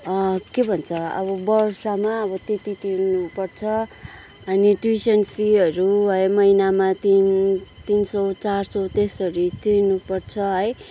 के भन्छ अब वर्षमा त्यति तिर्नु पर्छ अनि ट्युसन फीहरू है महिनामा तिन तिन सय चार सय त्यसरी तिर्नु पर्छ है